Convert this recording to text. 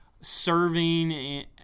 serving